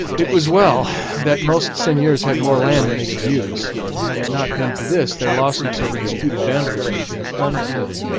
it was well that most seigneurs had more land than they could use had it not been for this their lawsuits over disputed boundaries would have been unending.